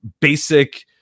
basic